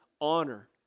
honor